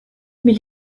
mais